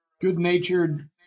good-natured